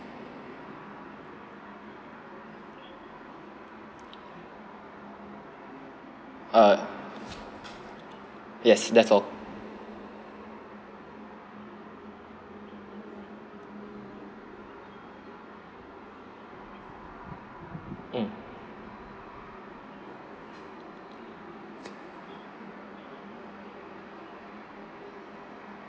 err yes that's all mm